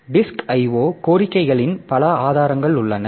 disk IO கோரிக்கைகளின் பல ஆதாரங்கள் உள்ளன